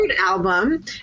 album